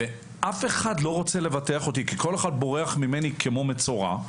ואף אחד לא רוצה לבטח אותי וכל אחד בורח ממני כמו מצורע,